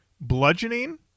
bludgeoning